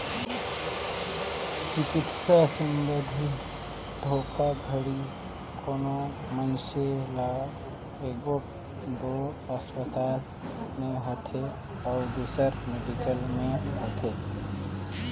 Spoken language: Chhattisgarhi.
चिकित्सा संबंधी धोखाघड़ी कोनो मइनसे ल एगोट दो असपताल में होथे अउ दूसर मेडिकल में होथे